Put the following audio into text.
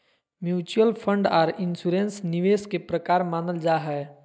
mutual fund आर insurance निवेश के प्रकार मानल जा हय